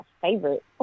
favorite